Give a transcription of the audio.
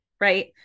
right